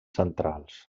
centrals